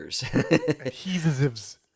Adhesives